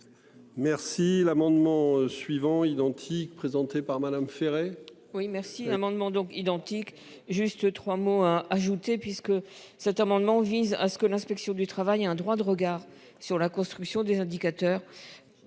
Merci l'amendement suivant identique présentée par Madame Ferré.